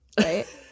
Right